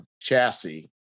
chassis